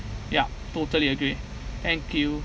ya totally agree thank you